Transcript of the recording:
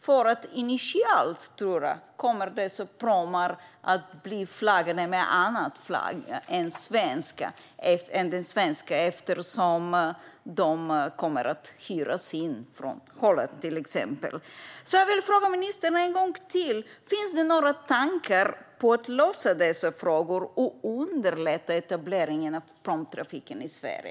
Jag tror nämligen att dessa pråmar initialt kommer att bli flaggade med annan flagg än den svenska, eftersom de kommer att hyras in från till exempel Holland. Jag vill fråga ministern en gång till: Finns det några tankar på att lösa dessa frågor och underlätta etableringen av pråmtrafik i Sverige?